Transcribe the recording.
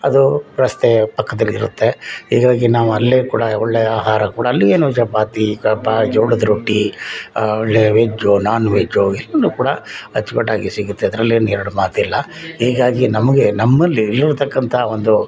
ಅದು ರಸ್ತೆ ಪಕ್ಕದಲ್ಲಿ ಇರುತ್ತೆ ಹೀಗಾಗಿ ನಾವಲ್ಲೇ ಕೂಡ ಒಳ್ಳೆ ಆಹಾರ ಕೂಡ ಅಲ್ಲಿ ಏನೋ ಚಪಾತಿ ಕ್ರಪ ಜೋಳದ ರೊಟ್ಟಿ ಒಳ್ಳೆಯ ವೆಜ್ಜು ನಾನ್ ವೆಜ್ಜು ಇಷ್ಟನ್ನೂ ಕೂಡ ಅಚ್ಚುಕಟ್ಟಾಗಿ ಸಿಗುತ್ತೆ ಅದ್ರಲ್ಲೇನು ಎರಡು ಮಾತಿಲ್ಲ ಹೀಗಾಗಿ ನಮಗೆ ನಮ್ಮಲ್ಲಿ ಇರತಕ್ಕಂಥ ಒಂದು